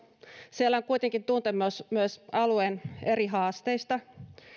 siellä on kuitenkin tuntemus myös alueen eri haasteista